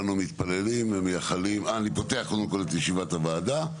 אני פותח את ישיבת הוועדה,